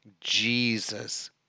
Jesus